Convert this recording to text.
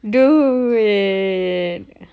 dude